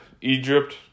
Egypt